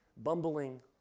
Bumbling